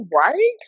Right